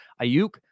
Ayuk